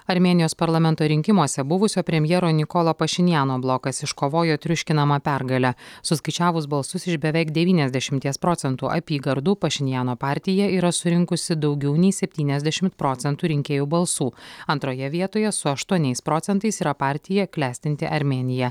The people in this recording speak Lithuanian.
armėnijos parlamento rinkimuose buvusio premjero nikolo pašinjano blokas iškovojo triuškinamą pergalę suskaičiavus balsus iš beveik devyniasdešimties procentų apygardų pašinjano partija yra surinkusi daugiau nei septyniasdešimt procentų rinkėjų balsų antroje vietoje su aštuoniais procentais yra partija klestinti armėnija